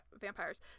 vampires